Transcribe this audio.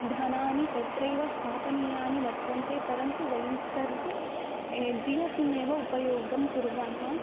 धनानि तत्रैव स्थापनीयानि वर्तन्ते परन्तु वयं सर्वे जियो सिम् एव उपयोगं कुर्मः